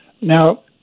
Now